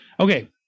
Okay